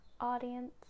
audience